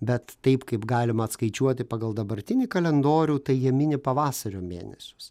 bet taip kaip galima atskaičiuoti pagal dabartinį kalendorių tai jie mini pavasario mėnesius